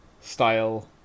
style